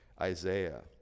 isaiah